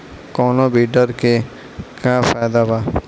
कौनो वीडर के का फायदा बा?